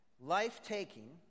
Life-taking